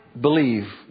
believe